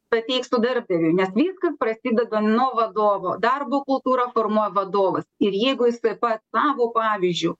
pateiksiu darbdaviui nes viskas prasideda nuo vadovo darbo kultūrą formuoja vadovas ir jeigu jis taip pat savo pavyzdžiu